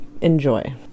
enjoy